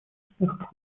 успехов